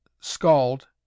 Scald